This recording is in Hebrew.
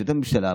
וישיבת הממשלה,